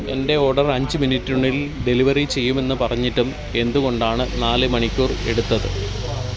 എന്റെ ഓഡർ അഞ്ച് മിനിറ്റിനുള്ളിൽ ഡെലിവറീ ചെയ്യുമെന്ന് പറഞ്ഞിട്ടും എന്തുകൊണ്ടാണ് നാല് മണിക്കൂർ എടുത്തത്